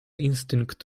instynkt